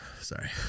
Sorry